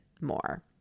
more